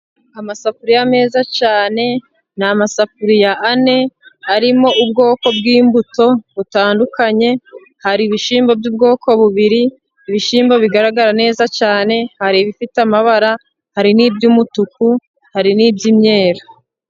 Amasafuriya meza cyane, ni amasafuriya ane arimo ubwoko bw'imbuto butandukanye, hari ibishyimbo by'ubwoko bubiri, ibishyimbo bigaragara neza cyane, hari ibifite amabara, hari n'iby'umutuku, hari n'iby'imyeru.